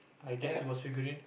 I guess it was figurine